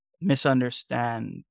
misunderstand